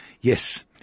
yes